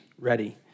ready